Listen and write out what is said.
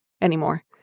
anymore